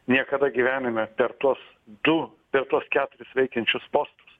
niekada gyvenime per tuos du per tuos keturis veikiančius postus